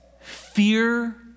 Fear